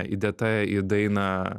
įdėta į dainą